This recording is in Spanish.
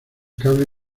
cable